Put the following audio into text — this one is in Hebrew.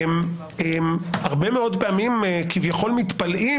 הרבה מאוד פעמים מתפלאים,